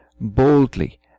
boldly